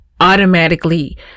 automatically